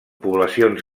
poblacions